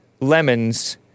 lemons